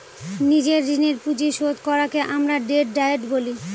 নিজের ঋণের পুঁজি শোধ করাকে আমরা ডেট ডায়েট বলি